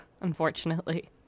Unfortunately